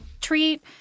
treat